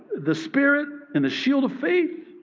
the spirit, and the shield of faith.